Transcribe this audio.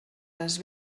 les